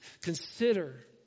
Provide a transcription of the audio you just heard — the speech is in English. consider